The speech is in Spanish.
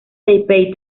taipei